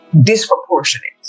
disproportionate